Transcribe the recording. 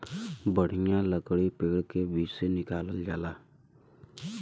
बढ़िया लकड़ी पेड़ के बीच से निकालल जाला